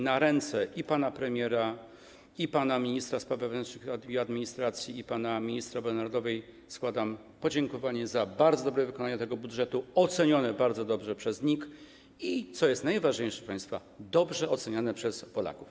na ręce i pana premiera, i pana ministra spraw wewnętrznych i administracji, i pana ministra obrony narodowej składam podziękowanie za bardzo dobre wykonanie tego budżetu, ocenione bardzo dobrze przez NIK i, co jest najważniejsze, proszę państwa, dobrze oceniane przez Polaków.